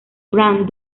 fran